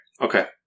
Okay